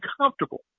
comfortable